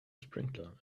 sprinkler